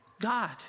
god